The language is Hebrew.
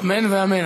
אמן ואמן.